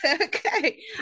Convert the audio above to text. Okay